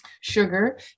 sugar